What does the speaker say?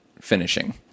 finishing